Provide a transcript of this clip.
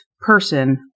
person